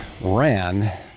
ran